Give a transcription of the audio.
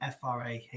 fra